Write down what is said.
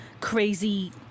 crazy